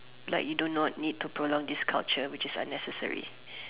like you do not need to prolong this culture which is unnecessary